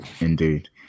Indeed